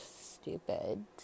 stupid